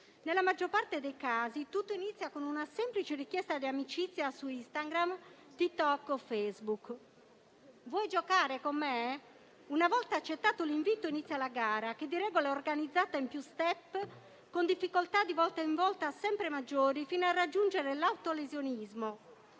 Nella maggior parte dei casi tutto inizia con una semplice richiesta di amicizia su Instagram, Tik Tok o Facebook del tipo: vuoi giocare con me? Una volta accettato l'invito inizia la gara, che di regola è organizzata in più *step*, con difficoltà di volta in volta sempre maggiori, fino a raggiungere l'autolesionismo